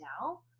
now